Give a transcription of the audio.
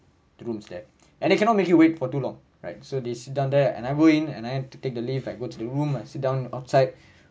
the rooms there and they cannot make you wait for too long right so they sit down there and I go in and I have to take the lift I go to the room I sit down outside